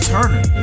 Turner